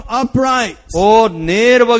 upright